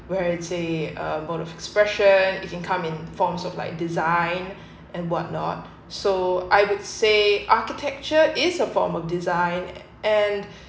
where let's say a mode of expression if it come in forms of like design and whatnot so I would say architecture is a form of design and